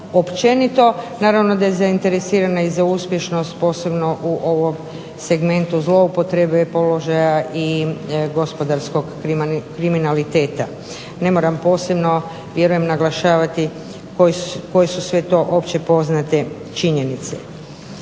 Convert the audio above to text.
općenito naravno da je zainteresirana za uspješnost posebno u ovom segmentu zloupotrebe položaja i gospodarskog kriminaliteta. Ne moram posebno naglašavati koje su sve to opće poznate činjenice.